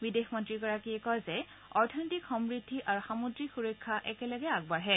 বিদেশ মন্ত্ৰীগৰাকীয়ে কয় যে অৰ্থনৈতিক সমূদ্ধি আৰু সামুদ্ৰিক সুৰক্ষা একেলগে আগবাঢ়ে